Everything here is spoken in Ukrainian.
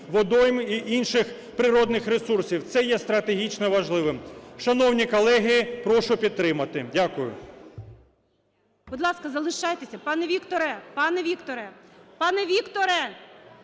водойм і інших природних ресурсів. Це є стратегічно важливим. Шановні колеги, прошу підтримати. Дякую.